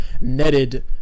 netted